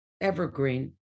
evergreen